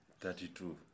thirty-two